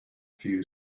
few